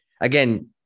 Again